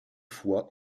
fois